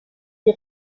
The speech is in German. die